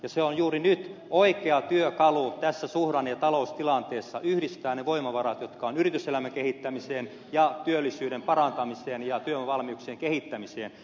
se on juuri nyt oikea työkalu tässä suhdanne ja taloustilanteessa yhdistää ne voimavarat jotka ovat yrityselämäkehittämiseen ja työllisyyden parantamiseen ja työvoimavalmiuksien kehittämiseen